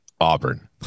Auburn